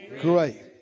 great